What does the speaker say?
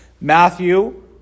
matthew